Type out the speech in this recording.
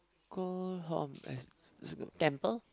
call is like a temple